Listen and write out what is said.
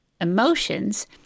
Emotions